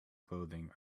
clothing